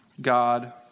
God